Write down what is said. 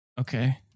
okay